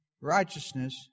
righteousness